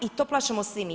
I to plaćamo svi mi.